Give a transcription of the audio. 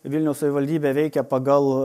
vilniaus savivaldybė veikia pagal